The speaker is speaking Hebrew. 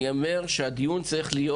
אני אומר שהדיון צריך להיות